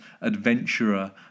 adventurer